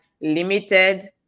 limited